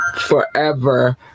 forever